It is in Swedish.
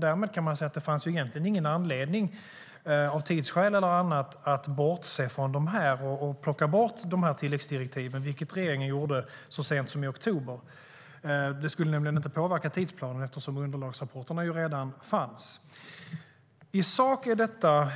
Därmed kan man säga att det egentligen inte fanns någon anledning, av tidsskäl eller annat, att bortse från och plocka bort tilläggsdirektiven, vilket regeringen gjorde så sent som i oktober. Det skulle nämligen inte påverka tidsplanen eftersom underlagsrapporterna ju redan fanns. I sak är detta